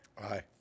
Aye